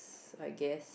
I guess